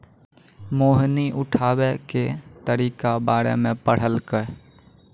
मोहिनी उठाबै के तरीका बारे मे पढ़लकै